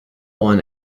one